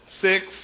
six